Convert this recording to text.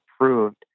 approved